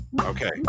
Okay